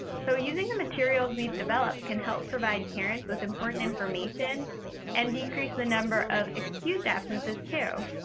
so, using the materials we've developed can help provide parents with important information and decrease the number of excused absences too.